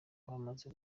abamaze